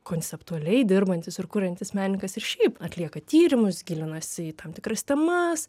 konceptualiai dirbantis ir kuriantis menininkas ir šiaip atlieka tyrimus gilinasi į tam tikras temas